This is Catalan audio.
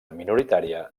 minoritària